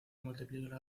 multiplica